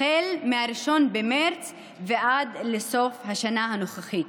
מ-1 במרץ ועד לסוף השנה הנוכחית.